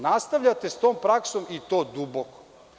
Nastavljate sa tom praksom i to duboko.